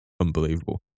unbelievable